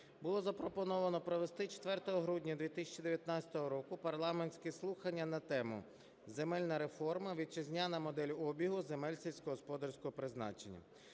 було запропоновано провести 4 грудня 2019 року парламентські слухання на тему: "Земельна реформа: вітчизняна модель обігу земель сільськогосподарського призначення".